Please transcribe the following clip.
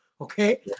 Okay